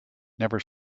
never